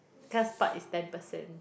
class part is ten percent